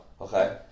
okay